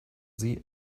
sie